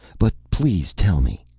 but please tell me.